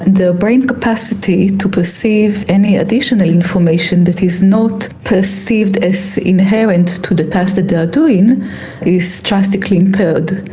the brain capacity to perceive any additional information that is not perceived as inherent to the task that they are doing is drastically impaired.